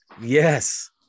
yes